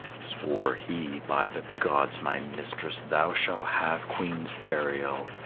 swore he, by the gods, my mistress, thou shall have queen's burial.